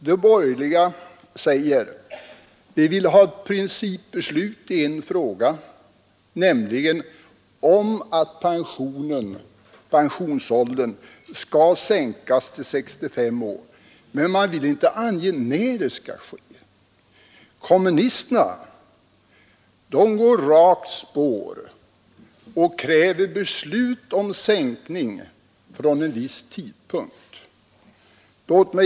De borgerliga säger: ”Vi vill ha ett principbeslut om att pensionsåldern skall sänkas till 65 år.” Men man vill inte ange när sänkningen skall ske. Kommunisterna går raka spåret och kräver beslut om sänkning från en viss tidpunkt.